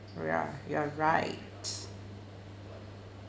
ya you are right